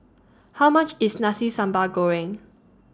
How much IS Nasi Sambal Goreng